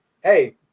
Hey